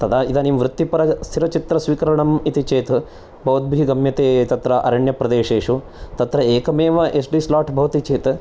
तदा इदानीं वृत्तिपरस्थिरचित्रस्वीकरणं इति चेत् बहुद्भिः गम्यते तत्र अरण्यप्रदेशेषु तत्र एकमेव एस् डी स्लाट् भवति चेत्